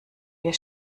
wir